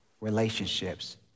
relationships